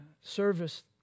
service